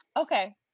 okay